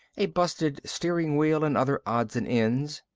a busted steering wheel and other odds and ends.